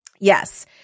yes